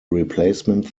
replacement